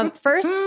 First